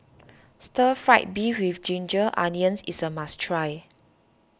Stir Fried Beef with Ginger Onions is a must try